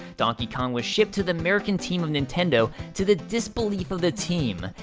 donkey kong was shipped to the american team of nintendo to the disbelief of the team.